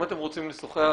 אם אתם רוצים לשוחח,